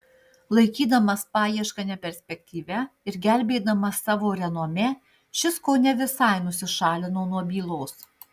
laikydamas paiešką neperspektyvia ir gelbėdamas savo renomė šis kone visai nusišalino nuo bylos